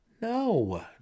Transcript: No